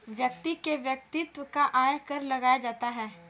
व्यक्ति के वैयक्तिक आय पर कर लगाया जाता है